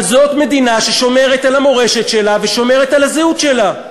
אבל זאת מדינה ששומרת על המורשת שלה ושומרת על הזהות שלה,